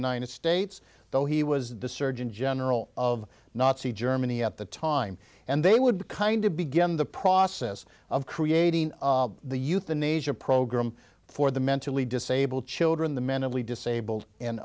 united states though he was the surgeon general of nazi germany at the time and they would kind of begin the process of creating the euthanasia program for the mentally disabled children the mentally disabled and